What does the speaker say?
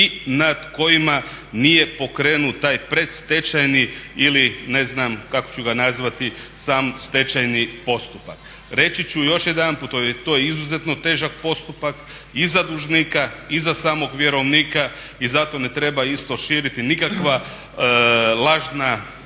i nad kojima nije pokrenut taj predstečajni ili ne znam kako ću ga nazvati sam stečajni postupak. Reći ću još jedanput, to je izuzetno težak postupak i za dužnika i za samog vjerovnika i zato ne treba isto širiti nikakva lažna